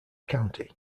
county